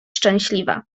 szczęśliwa